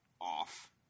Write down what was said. off